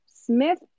Smith